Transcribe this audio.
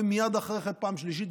ומייד אחרי כן פעם שלישית,